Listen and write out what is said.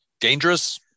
Dangerous